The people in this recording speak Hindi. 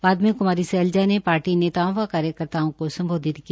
बाद में कुमारी सैलजा ने शार्टी नेताओं व कार्यकर्ताओं को सम्बोधित किया